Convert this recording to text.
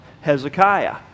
Hezekiah